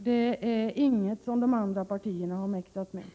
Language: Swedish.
Det är något som de andra partierna inte har mäktat.